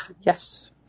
Yes